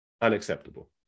unacceptable